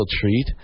treat